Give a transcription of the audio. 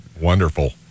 Wonderful